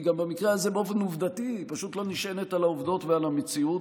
היא גם במקרה הזה באופן עובדתי פשוט לא נשענת על העובדות ועל המציאות.